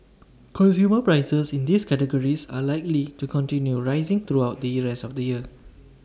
consumer prices in these categories are likely to continue rising throughout the IT rest of the year